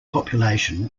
population